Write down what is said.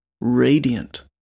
radiant